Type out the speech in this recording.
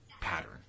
pattern